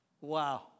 Wow